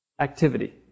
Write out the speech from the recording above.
activity